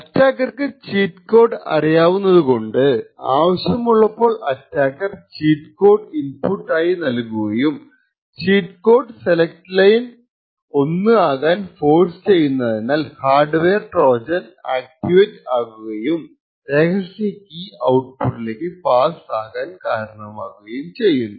അറ്റാക്കർക്കു cheat code അറിയാവുന്നതുകൊണ്ട് ആവശ്യമുള്ളപ്പോൾ അറ്റാക്കർ ചീറ്റ് കോഡ് ഇൻപുട്ട് ആയി നൽകുകയും ചീറ്റ് കോഡ് സെലെക്റ്റ് ലൈൻ 1 അകാൻ ഫോഴ്സ് ചെയ്യുന്നതിനാൽ ഹാർഡ് വെയർ ട്രോജൻ ആക്റ്റിവേറ്റ് ആകുകയും രഹസ്യ കീ ഔട്പുട്ടിലേക്കു പാസ്സ് ആകാൻ കാരണമാകുകയും ചെയ്യുന്നു